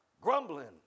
grumbling